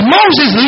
Moses